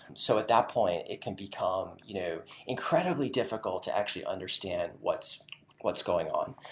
so at that point, it can become you know incredibly difficult to actually understand what's what's going on.